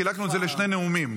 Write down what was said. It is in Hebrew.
חילקנו את זה לשני נאומים,